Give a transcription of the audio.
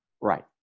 Right